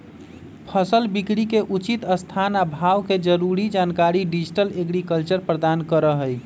फसल बिकरी के उचित स्थान आ भाव के जरूरी जानकारी डिजिटल एग्रीकल्चर प्रदान करहइ